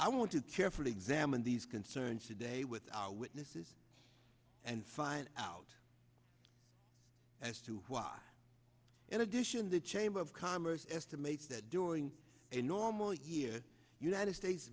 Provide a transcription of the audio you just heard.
i want to carefully examine these concerns today with our witnesses and find out as to why in addition the chamber of commerce estimates that during a normal year united states